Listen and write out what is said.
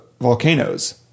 volcanoes